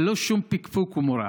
ללא שום פקפוק ומורא.